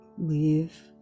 leave